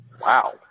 Wow